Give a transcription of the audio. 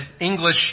English